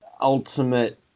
Ultimate